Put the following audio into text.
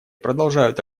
продолжают